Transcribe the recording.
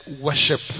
worship